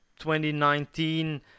2019